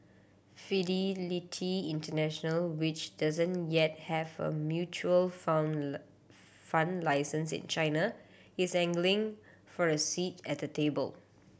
Fidelity International which doesn't yet have a mutual fund fund license in China is angling for a seat at the table